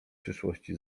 przyszłości